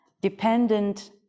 dependent